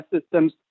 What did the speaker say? systems